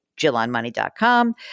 jillonmoney.com